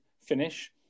finish